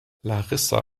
larissa